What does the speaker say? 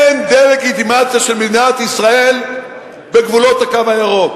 אין דה-לגיטימציה של מדינת ישראל בגבולות "הקו הירוק".